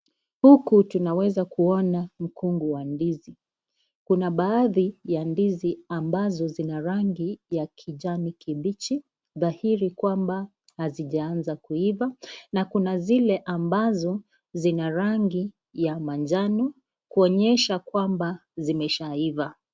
Huku tunaweza kuona mkungu wa ndizi, kuna baadhi ya ndizi ambazo zina rangi ya kijani kibichi dhahiri kwamba hazijaanza kuiva. Na kuna zile ambazo zina rangi ya manjano kuonyesha kwamba zimeshaiva.